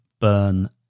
burn